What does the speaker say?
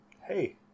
hey